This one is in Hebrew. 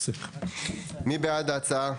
מי בעד ההצעה?